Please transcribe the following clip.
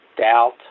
doubt